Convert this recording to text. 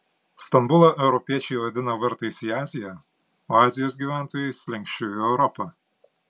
stambulą europiečiai vadina vartais į aziją o azijos gyventojai slenksčiu į europą